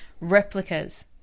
replicas